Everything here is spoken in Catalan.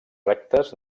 rectes